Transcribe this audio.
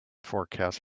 forecast